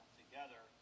together